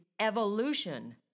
evolution